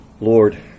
lord